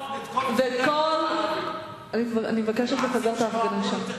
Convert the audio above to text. אני מבקשת לפזר את ההפגנה שם,